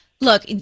look